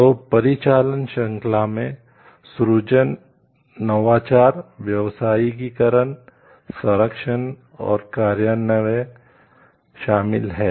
तो परिचालन श्रृंखला में सृजन नवाचार व्यावसायीकरण संरक्षण और कार्यान्वयन शामिल हैं